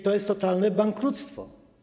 To jest totalne bankructwo.